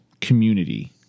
community